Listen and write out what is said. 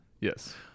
Yes